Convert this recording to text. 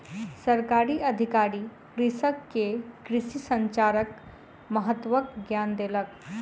सरकारी अधिकारी कृषक के कृषि संचारक महत्वक ज्ञान देलक